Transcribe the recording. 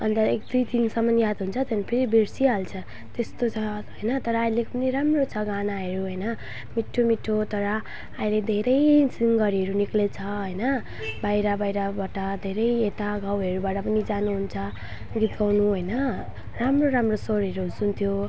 अन्त एक दुई दिनसम्म याद हुन्छ त्यहाँ फेरि बिर्सिहाल्छ त्यस्तो छ होइन तर अहिलेको पनि राम्रो छ गानाहरू होइन मिठो मिठो तर अहिले धेरै सिङ्गरहरू निस्केछ होइन बाहिर बाहिरबाट धेरै यता गाउँहरूबाट पनि जानु हुन्छ फेरि गीत गाउनु होइन राम्रो राम्रो स्वरहरू सुन्थ्यो